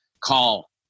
call